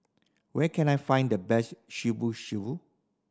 where can I find the best Shibu Shibu